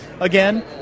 Again